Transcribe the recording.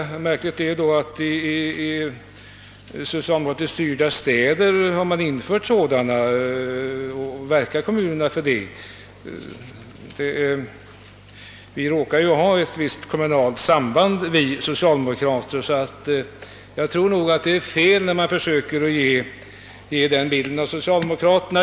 Då är det märkligt att det i socialdemokratiskt styrda städer har med kommunalt stöd införts sådana daghem. Vi socialdemokrater råkar ju ivra för ett visst kommunalt samband, så jag tror nog att det är fel när man försöker ge den angivna bilden av socialdemokraterna.